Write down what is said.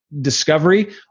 discovery